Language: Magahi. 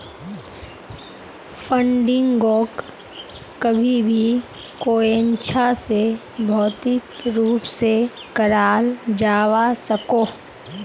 फंडिंगोक कभी भी कोयेंछा से भौतिक रूप से कराल जावा सकोह